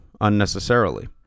unnecessarily